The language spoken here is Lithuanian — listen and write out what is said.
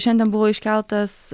šiandien buvo iškeltas